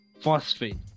phosphate